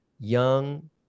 Young